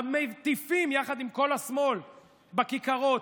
המטיפים יחד עם כל השמאל בכיכרות,